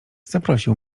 zaprosił